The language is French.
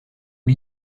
lui